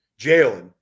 Jalen